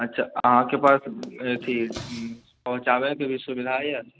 अच्छा अहाँकेँ पास अथि पहुँचाबएके भी सुविधा यऽ